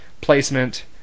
placement